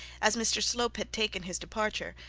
as mr slope had taken his departure,